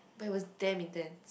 but it was damn intense